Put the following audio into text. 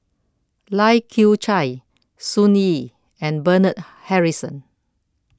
Lai Kew Chai Sun Yee and Bernard Harrison